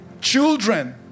children